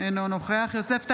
אינו נוכח יוסף טייב,